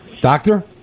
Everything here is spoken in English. Doctor